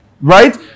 Right